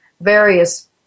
various